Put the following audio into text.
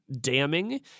damning